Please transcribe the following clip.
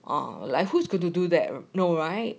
or like who's gonna do that no right